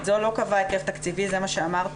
זו לא קבעה היקף תקציבי" זה מה שאמרת,